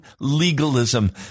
legalism